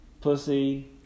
Pussy